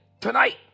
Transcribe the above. tonight